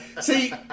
See